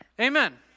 Amen